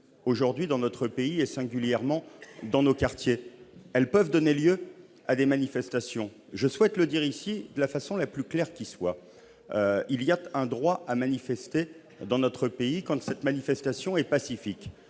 aujourd'hui dans notre pays, singulièrement dans nos quartiers. Ceux-ci peuvent donner lieu à des manifestations. Je souhaite le dire ici de la façon la plus claire qui soit : il existe un droit à manifester dans notre pays quand cette manifestation est pacifique.